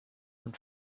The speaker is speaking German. und